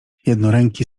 jednoręki